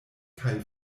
kaj